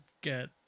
get